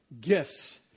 gifts